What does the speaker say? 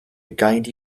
guide